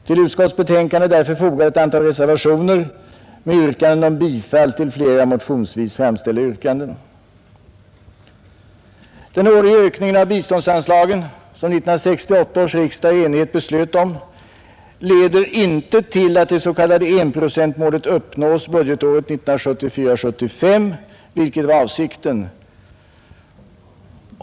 Till utskottets betänkande har därför fogats ett antal reservationer med yrkanden om bifall till flera motionsvis framställda yrkanden. Den årliga ökningen av biståndsanslagen, som 1968 års riksdag i enighet beslöt om, leder inte till att det s.k. enprocentsmålet uppnås budgetåret 1974/75, vilket var avsikten.